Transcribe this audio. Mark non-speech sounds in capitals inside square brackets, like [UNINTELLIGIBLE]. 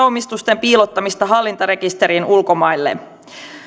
[UNINTELLIGIBLE] omistusten piilottamista hallintarekisteriin ulkomaille